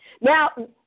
Now